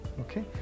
Okay